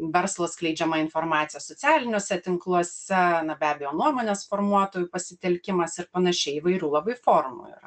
verslo skleidžiama informacija socialiniuose tinkluose na be abejo nuomonės formuotojų pasitelkimas ir panašiai įvairių labai formų yra